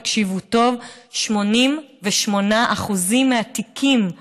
תקשיבו טוב: 88% מהתיקים,